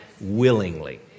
willingly